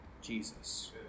Jesus